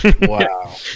Wow